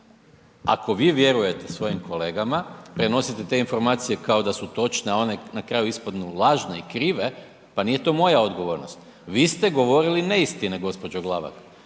Ako vi vjerujete svojim kolegama, prenosite te informacije kao da su točne, a one na kraju ispadnu lažne i krive, pa nije to moja odgovornost, vi ste govorili neistine gđo. Glavak